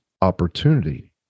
opportunity